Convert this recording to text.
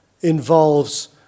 involves